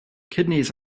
kidneys